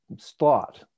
thought